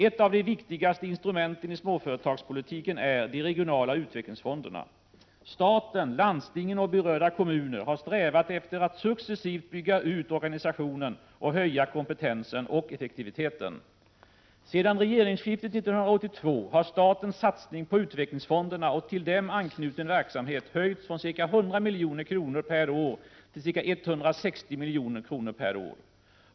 Ett av de viktigaste instrumenten i småföretagspolitiken är de regionala utvecklingsfonderna. Staten, landstingen och berörda kommuner har strävat efter att successivt bygga ut organisationen och höja kompetensen och effektiviteten. Sedan regeringsskiftet år 1982 har statens satsning på utvecklingsfonderna och till dem anknuten verksamhet höjts från ca 100 milj.kr. per år till ca 160 milj.kr. per år.